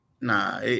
nah